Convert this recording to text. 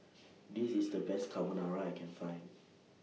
This IS The Best Carbonara I Can Find